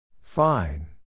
Fine